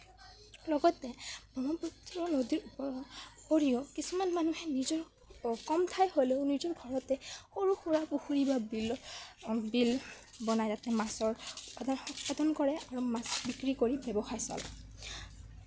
লগতে ব্ৰহ্মপুত্ৰ নদীৰ ওপ ওপৰিও কিছুমান মানুহে নিজৰ কম ঠাই হ'লেও নিজৰ ঘৰতে সৰু সুৰা পুখুৰী বা বিল বিল বনাই তাতে মাছৰ উৎপাদন উৎপাদন কৰে আৰু মাছ বিক্ৰি কৰি ব্যৱসায় চলায়